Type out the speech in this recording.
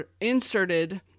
inserted